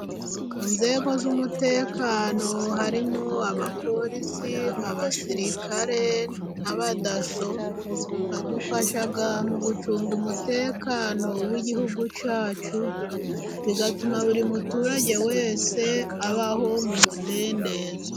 Inzego z'umutekano harimo abapolisi, abasirikare naba daso badufasha mu gucunga umutekano w'igihugu cyacu, bigatuma buri muturage wese abaho mu mudendezo.